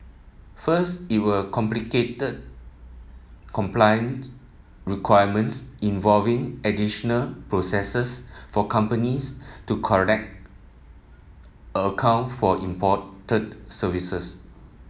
first it will complicate compliant requirements involving additional processes for companies to correct account for imported services